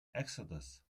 exodus